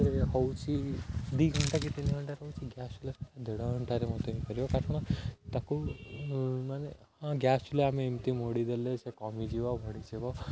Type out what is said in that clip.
ହେଉଛି ଦୁଇ ଘଣ୍ଟା କି ତିନି ଘଣ୍ଟାରେ ହେଉଛି ଗ୍ୟାସ୍ ଚୂଲା ଦେଢ଼ଘଣ୍ଟାରେ ମୋତେ ଏଇ କରିବ କାରଣ ତାକୁ ମାନେ ହଁ ଗ୍ୟାସ୍ ଚୂଲା ଆମେ ଏମିତି ମୋଡ଼ିଦେଲେ ସେ କମିଯିବ ବଢ଼ିଯିବ